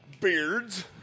Beards